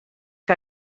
que